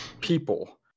people